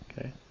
okay